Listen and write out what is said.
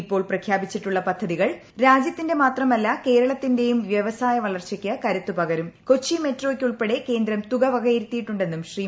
ഇപ്പോൾ പ്രഖ്യാപിച്ചിട്ടുള്ള പദ്ധതികൾ രാജ്യത്തിന്റെ മാത്രമല്ല കേരളത്തിന്റെയും വ്യവസായ വളർച്ചയ്ക്ക് കരുത്തു പകുരും ്കൊച്ചി മെട്രോയ്ക്ക് ഉൾപ്പെടെ കേന്ദ്രം തുക വകയിരുത്തിയിട്ടുണ്ടെ്ന്നും ശ്രീ